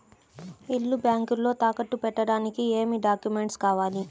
ఇల్లు బ్యాంకులో తాకట్టు పెట్టడానికి ఏమి డాక్యూమెంట్స్ కావాలి?